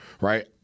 right